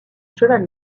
cheval